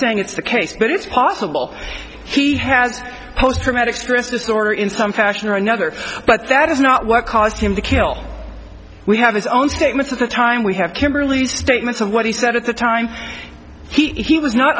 saying it's the case but it's possible he has post traumatic stress disorder in some fashion or another but that is not what caused him to kill we have his own statements at the time we have kimberly's statements of what he said at the time he